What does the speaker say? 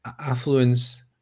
affluence